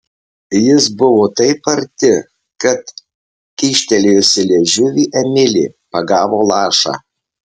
jis buvo taip arti kad kyštelėjusi liežuvį emilė pagavo lašą